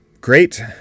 Great